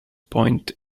point